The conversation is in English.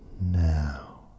now